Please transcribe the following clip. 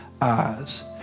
eyes